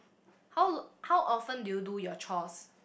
how lo~ how often do you do your chores